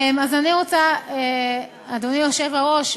אדוני היושב-ראש,